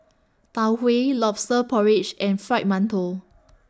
Tau Huay Lobster Porridge and Fried mantou